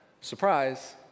surprise